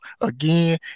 again